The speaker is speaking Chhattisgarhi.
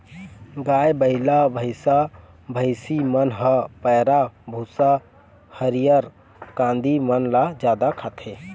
गाय, बइला, भइसा, भइसी मन ह पैरा, भूसा, हरियर कांदी मन ल जादा खाथे